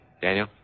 Daniel